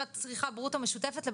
מהי רצפת הצריכה ברוטו המעודכנת שנקבעה